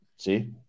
See